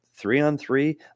Three-on-three